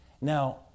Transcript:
Now